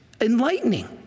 enlightening